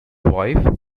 wife